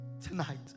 tonight